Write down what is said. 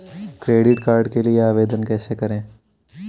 Credit card के लिए आवेदन कैसे करें?